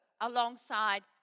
alongside